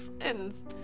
friends